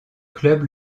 club